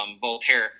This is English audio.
Voltaire